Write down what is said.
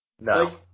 No